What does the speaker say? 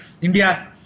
India